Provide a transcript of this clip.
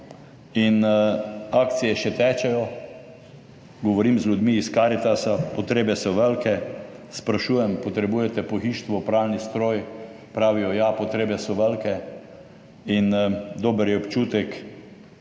in akcije še tečejo. Govorim z ljudmi iz Karitasa, potrebe so velike, sprašujem potrebujete pohištvo, pralni stroj, pravijo, ja, potrebe so velike in dober je občutek,